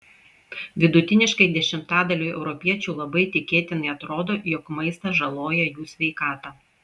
vidutiniškai dešimtadaliui europiečių labai tikėtinai atrodo jog maistas žaloja jų sveikatą